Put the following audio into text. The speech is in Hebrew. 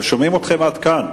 חשפה כי בתאריך 19 במאי 2009